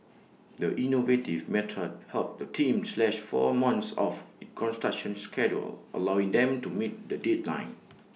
the innovative method helped the team slash four months off its construction schedule allowing them to meet the deadline